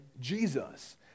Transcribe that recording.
Jesus